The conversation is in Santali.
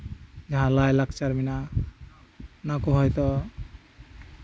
ᱡᱟᱦᱟᱸ ᱞᱟᱭᱼᱞᱟᱠᱪᱟᱨ ᱢᱮᱱᱟᱜᱼᱟ ᱚᱱᱟ ᱠᱚ ᱦᱚᱭᱛᱳ